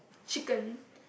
chicken